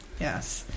Yes